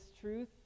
truth